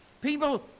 People